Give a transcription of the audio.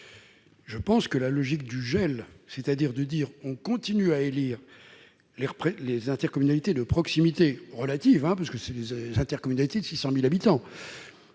je pense que la logique du gel, c'est-à-dire de dire on continue à élire les les intercommunalités de proximité relative, hein, parce que c'est des oeufs intercommunalité de 600000 habitants,